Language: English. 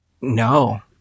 No